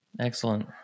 Excellent